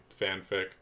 fanfic